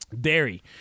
dairy